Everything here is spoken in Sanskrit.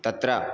तत्र